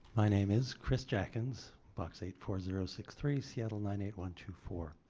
my name is chris jackins box eight four zero six three seattle nine eight one two four